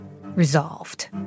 resolved